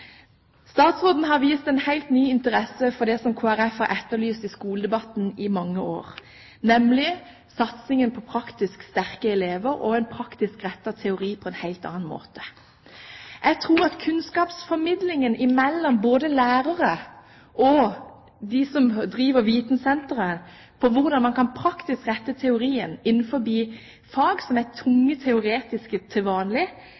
Statsråden har vist en helt ny interesse for det Kristelig Folkeparti har etterlyst i skoledebatten i mange år, nemlig satsing på praktisk sterke elever og en praksisrettet teori på en helt annen måte. Jeg tror at kunnskapsformidlingen mellom lærere og dem som driver vitensentrene, om hvordan man kan praksisrette teorien innenfor fag som er tungt teoretiske til vanlig,